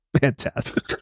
Fantastic